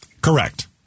Correct